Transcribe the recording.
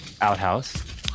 Outhouse